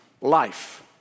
life